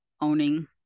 owning